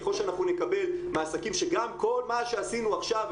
ככל שאנחנו נקבל מהעסקים שגם כל מה שעשינו עכשיו,